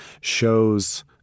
shows